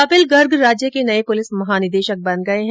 कपिल गर्ग राज्य के नये पुलिस महानिदेशक बन गये है